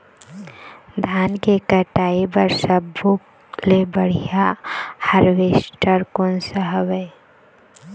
धान के कटाई बर सब्बो ले बढ़िया हारवेस्ट कोन सा हवए?